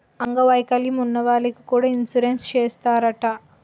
అంగ వైకల్యం ఉన్న వాళ్లకి కూడా ఇన్సురెన్సు చేస్తారట